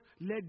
let